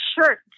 shirt